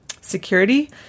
security